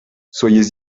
soyez